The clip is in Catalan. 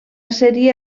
sèrie